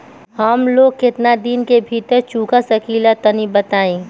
हम लोन केतना दिन के भीतर चुका सकिला तनि बताईं?